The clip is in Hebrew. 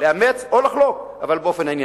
לאמץ או לחלוק, אבל באופן ענייני.